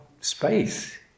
space